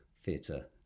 theatre